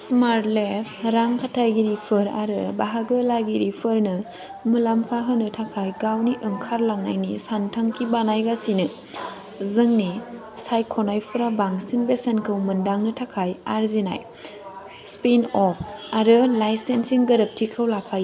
smart lab रां खाथायगिरिफोर आरो बाहागो लागिफोरनो मुलाम्फा होनो थाखाय गावनि ओंखारलांनायनि सानथांखि बानायगासिनो जोंनि सायख'नायफोरा बांसिन बेसेनखौ मोनदांनो थाखाय आरजिनाय स्पिन अफ आरो लाइसेन्सिं गोरोबथिखौ लाफायो